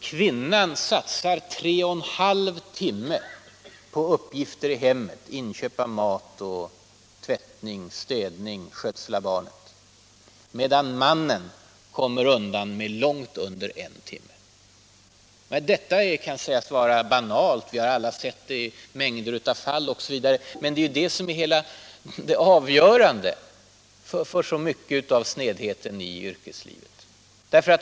Kvinnan satsar tre och en halv timme per dag på uppgifter i hemmet - inköp av mat, städning, tvättning, skötsel av barnen —- medan mannen 29 Om kvinnofrigörelsen kommer undan med långt under en timme. Detta kan sägas vara banalt. Vi har alla sett mängder av sådana fall. Men det är ju just det som är avgörande för så mycket av snedheten i yrkeslivet.